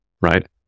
right